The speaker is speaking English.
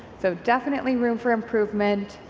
so definitely room for improvement,